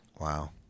Wow